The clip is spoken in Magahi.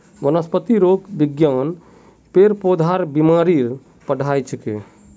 वनस्पतिरोग विज्ञान पेड़ पौधार बीमारीर पढ़ाई छिके